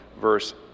verse